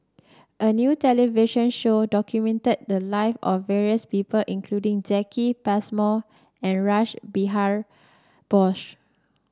a new television show documented the lives of various people including Jacki Passmore and Rash Behari Bose